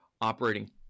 operating